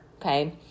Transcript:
Okay